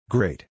Great